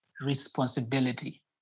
responsibility